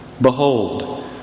Behold